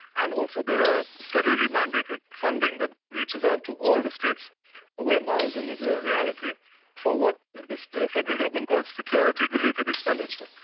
and also there are federally mandated funding that reaches out to all the states where maoism is a reality for what the federal government calls security relief of expenditure.